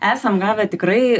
esam gavę tikrai